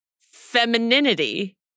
femininity